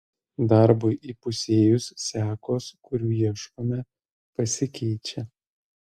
darbui įpusėjus sekos kurių ieškome pasikeičia